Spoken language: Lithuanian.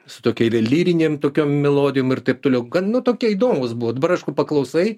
su tokia ir lyrinėm tokiam melodijom ir taip toliau gan tokie įdomūs buvo dabar aišku paklausai